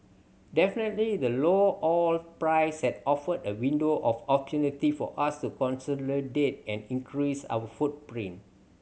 definitely the low oil price has offered a window of opportunity for us to consolidate and increase our footprint